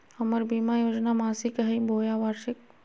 हमर बीमा योजना मासिक हई बोया वार्षिक?